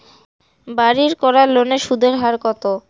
বাড়ির করার লোনের সুদের হার কত?